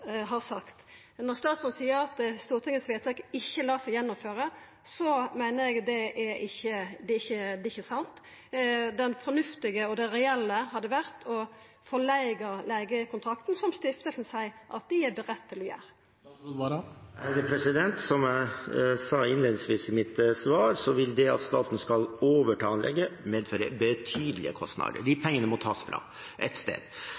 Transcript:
har kome, slik Stortinget har sagt. Når statsråden seier at stortingsvedtaket ikkje lar seg gjennomføra, meiner eg det ikkje er sant. Det fornuftige, og det reelle, hadde vore å forlengja leigekontrakten, slik stiftelsen seier at dei er klare til å gjera. Som jeg sa innledningsvis i mitt svar, vil det at staten skal overta anlegget, medføre betydelige kostnader.